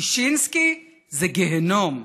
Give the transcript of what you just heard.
ששינסקי זה גיהינום.